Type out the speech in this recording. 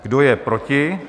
Kdo je proti?